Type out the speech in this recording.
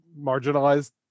marginalized